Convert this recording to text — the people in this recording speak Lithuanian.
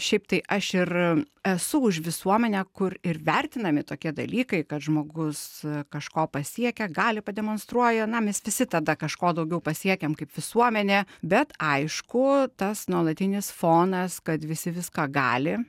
šiaip tai aš ir esu už visuomenę kur ir vertinami tokie dalykai kad žmogus kažko pasiekia galią pademonstruoja na mes visi tada kažko daugiau pasiekiam kaip visuomenė bet aišku tas nuolatinis fonas kad visi viską gali